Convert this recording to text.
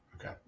Okay